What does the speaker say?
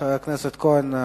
חבר הכנסת יצחק כהן,